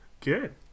Good